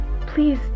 Please